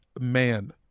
man